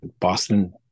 boston